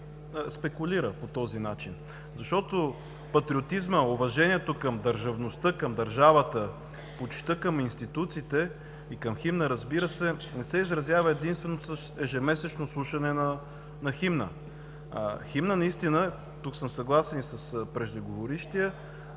спекулира по този начин. Защото патриотизмът, уважението към държавността, към държавата, почитта към институциите и към химна, разбира се, не се изразява единствено с ежемесечно слушане на химна. Химнът наистина, тук съм съгласен с преждеговорившия,